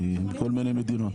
מכל מיני מדינות.